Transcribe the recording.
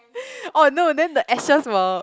oh no then the ashes will